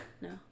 No